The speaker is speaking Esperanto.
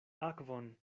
akvon